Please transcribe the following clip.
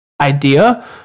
idea